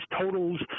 totals